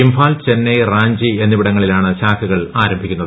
ഇംഫാൽ ചെന്നൈ റാഞ്ചി എന്നിവിടങ്ങളിലാണ് ശാഖകൾ ആരംഭിക്കുന്നത്